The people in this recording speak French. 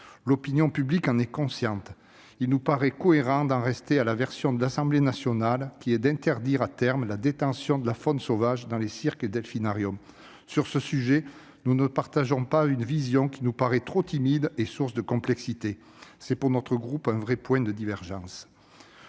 L'opinion publique en est consciente. Ainsi, il nous paraît cohérent d'en rester à la version de l'Assemblée nationale : interdire à terme la détention de la faune sauvage dans les cirques et les delphinariums. Sur ce sujet, nous ne partageons pas une vision trop timide et source de complexité. C'est pour notre groupe un vrai point de divergence.